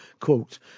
quote